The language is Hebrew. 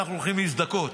כשאנחנו הולכים להזדכות.